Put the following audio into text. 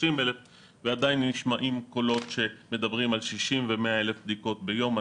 30,000 ועדיין נשמעים קולות שמדברים על 60 ו-100,000 בדיקות ביום.